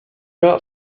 about